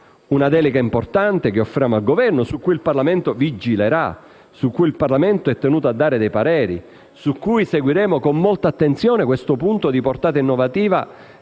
una delega importante che offriamo al Governo, su cui il Parlamento vigilerà ed è tenuto a dare dei pareri. Seguiremo con molta attenzione questo punto di portata innovativa,